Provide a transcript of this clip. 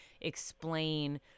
explain